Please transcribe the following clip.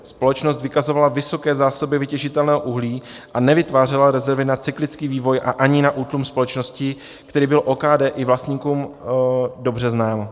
Společnost vykazovala vysoké zásoby vytěžitelného uhlí a nevytvářela rezervy na cyklický vývoj a ani na útlum společnosti, který byl OKD i vlastníkům dobře znám.